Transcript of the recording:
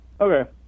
Okay